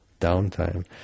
downtime